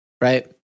Right